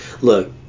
look